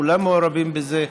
כולם מעורבים בזה.